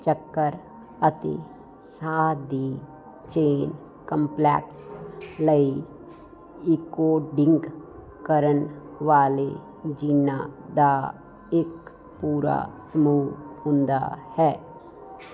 ਚੱਕਰ ਅਤੇ ਸਾਹ ਦੀ ਚੇਨ ਕੰਪਲੈਕਸ ਲਈ ਇੰਕੋਡਿੰਗ ਕਰਨ ਵਾਲੇ ਜੀਨਾਂ ਦਾ ਇੱਕ ਪੂਰਾ ਸਮੂਹ ਹੁੰਦਾ ਹੈ